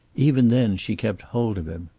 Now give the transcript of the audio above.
even then she kept hold of him.